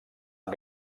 amb